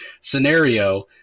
scenario